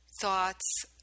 thoughts